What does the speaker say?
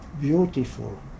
beautiful